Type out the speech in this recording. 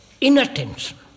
inattention